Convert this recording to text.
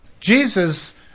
Jesus